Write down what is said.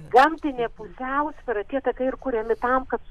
gamtinė pusiausvyra tie takai ir kuriami tam kad